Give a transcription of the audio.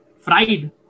fried